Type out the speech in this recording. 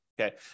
okay